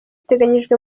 iteganyijwe